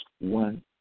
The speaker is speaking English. one